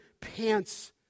pants